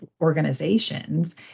organizations